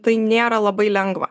tai nėra labai lengva